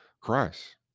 Christ